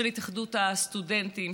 של התאחדות הסטודנטים,